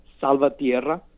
Salvatierra